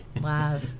Wow